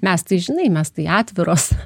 mes tai žinai mes tai atviros